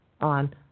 on